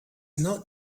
not